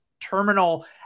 terminal